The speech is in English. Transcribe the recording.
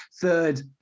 third